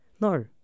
No